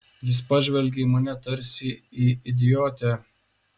jis pažvelgė į mane tarsi į idiotę